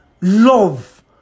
love